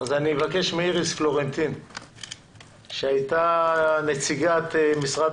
מבקש מאיריס פלורנטין שהייתה נציגת משרד